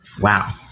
wow